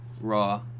Raw